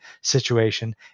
situation